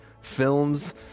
films